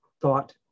thought